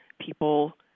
people